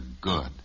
good